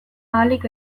ahalik